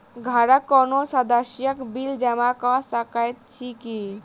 घरक कोनो सदस्यक बिल जमा कऽ सकैत छी की?